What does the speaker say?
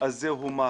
אז זה מח"ש.